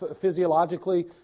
physiologically